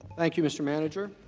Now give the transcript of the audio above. thank you mr. manager.